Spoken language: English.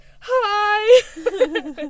hi